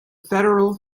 federal